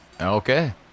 Okay